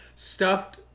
Stuffed